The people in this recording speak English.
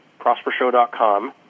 ProsperShow.com